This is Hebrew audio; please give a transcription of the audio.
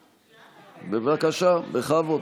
בבקשה, בכבוד.